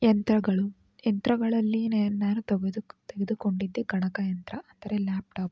ಯಂತ್ರಗಳು ಯಂತ್ರಗಳಲ್ಲಿ ನೇ ನಾನು ತೆಗೆದು ತೆಗೆದುಕೊಂಡಿದ್ದೆ ಗಣಕಯಂತ್ರ ಅಂದರೆ ಲ್ಯಾಪ್ಟಾಪ್